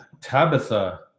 tabitha